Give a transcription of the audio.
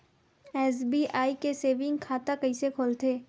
SBI के saving खाता कइसे खोलथे?